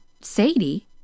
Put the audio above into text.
Sadie